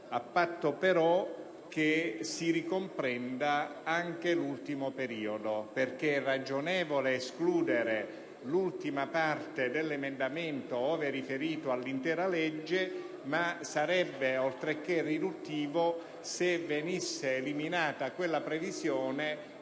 a patto però che si ricomprenda anche l'ultimo periodo. Infatti è ragionevole escludere l'ultima parte dell'emendamento ove riferita all'intera legge, ma sarebbe oltremodo riduttivo se venisse eliminata quella previsione